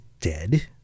dead